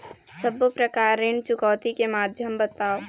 सब्बो प्रकार ऋण चुकौती के माध्यम बताव?